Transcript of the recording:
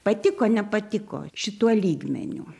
patiko nepatiko šituo lygmeniu